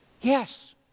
Yes